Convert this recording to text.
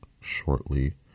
shortly